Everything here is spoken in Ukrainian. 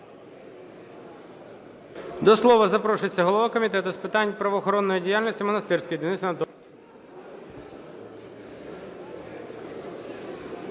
До слова запрошується голова Комітету з питань правоохоронної діяльності Монастирський Денис Анатолійович.